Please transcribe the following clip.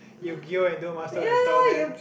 Yu-Gi-Oh and duel-masters on top of that